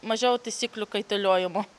mažiau taisyklių kaitaliojimo